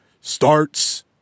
starts